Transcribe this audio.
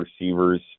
receivers